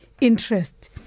interest